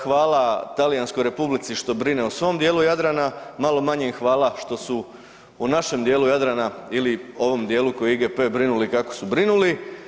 Hvala Talijanskoj Republici što brine o svom dijelu Jadrana, malo manje im hvala što su u našem dijelu Jadrana ili u ovom dijelu koji je IGP brinuli kako su brinuli.